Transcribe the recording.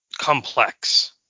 complex